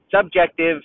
subjective